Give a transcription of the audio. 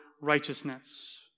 righteousness